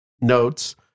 notes